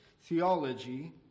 theology